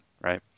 right